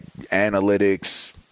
analytics